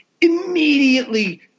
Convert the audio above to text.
immediately